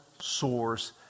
source